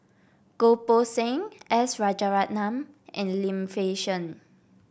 Goh Poh Seng S Rajaratnam and Lim Fei Shen